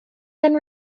been